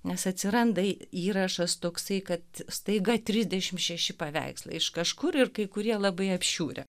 nes atsiranda įrašas toksai kad staiga trisdešim šeši paveikslai iš kažkur ir kai kurie labai apšiurę